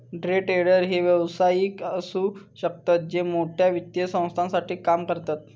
day trader हे व्यावसायिक असु शकतत जे मोठ्या वित्तीय संस्थांसाठी काम करतत